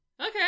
Okay